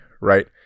right